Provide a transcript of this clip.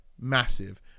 massive